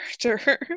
character